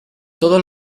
todos